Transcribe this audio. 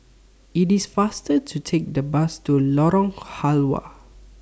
IT IS faster to Take The Bus to Lorong Halwa